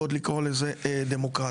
ועוד לקרוא לזה דמוקרטיה.